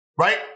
right